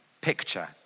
picture